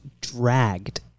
dragged